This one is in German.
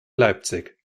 leipzig